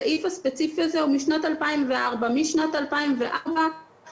הסעיף הספציפי הוא משנת 2004. משנת 2004 החוק